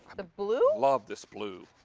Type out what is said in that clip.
the blue. love this blue.